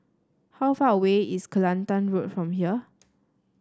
how far away is Kelantan Road from here